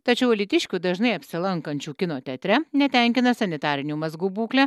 tačiau alytiškių dažnai apsilankančių kino teatre netenkina sanitarinių mazgų būklė